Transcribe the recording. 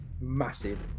massive